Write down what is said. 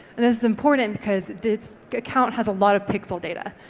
this is important because this account has a lot of pixel data.